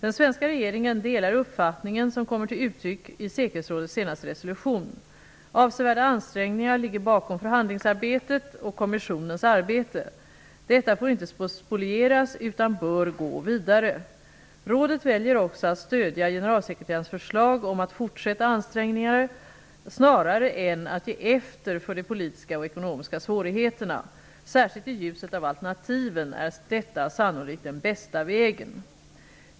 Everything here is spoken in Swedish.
Den svenska regeringen delar uppfattningen som kommer till uttryck i säkerhetsrådets senaste resolution. Avsevärda ansträngningar ligger bakom förhandlingsarbetet och identifikationskommissionens arbete. Detta får inte spolieras utan bör gå vidare. Rådet väljer också att stödja generalsekreterarens förslag om att fortsätta ansträngningarna, snarare än att ge efter för de politiska och ekonomiska svårigheterna. Särskilt i ljuset av alternativen är detta sannolikt den bästa vägen.